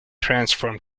transform